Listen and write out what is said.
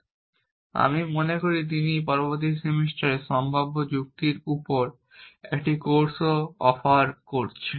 এবং আমি মনে করি তিনি পরবর্তী সেমিস্টারে সম্ভাব্য যুক্তির উপর একটি কোর্সও অফার করছেন